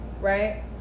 right